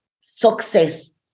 success